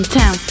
town